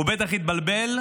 הוא בטח התבלבל,